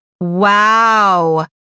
Wow